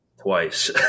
Twice